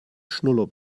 schnuller